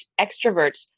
extroverts